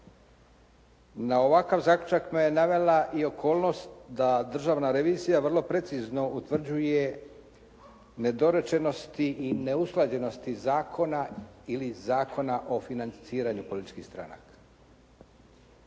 Na ovakav zaključak me navela i okolnost da državna revizija vrlo precizno utvrđuje nedorečenosti i neusklađenosti zakona ili zakona o financiranju političkih stranaka.